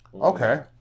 Okay